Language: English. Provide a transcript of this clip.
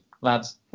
lads